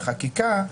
בחקיקה,